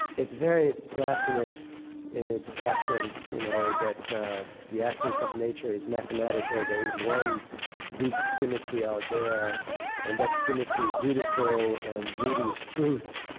it's very platonist in its essence you know that the the essence of nature is mathematical. there is one big symmetry out there and that symmetry is beautiful and beauty is truth.